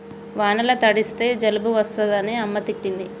వానల తడిస్తే జలుబు చేస్తదని అమ్మ తిట్టింది